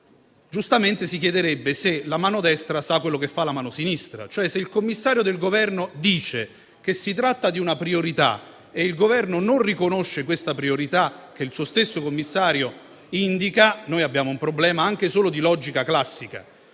- giustamente si chiederebbe se la mano destra sa quello che fa la mano sinistra. Se il commissario del Governo dice che si tratta di una priorità, ma il Governo non riconosce la priorità che il suo stesso commissario indica, abbiamo un problema anche solo di logica classica.